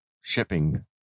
shipping